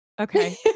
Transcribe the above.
Okay